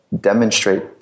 demonstrate